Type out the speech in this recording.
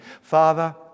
Father